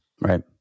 Right